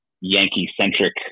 Yankee-centric